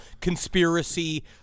conspiracy